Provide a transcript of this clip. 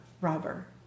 robber